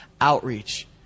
outreach